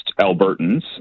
Albertans